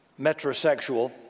metrosexual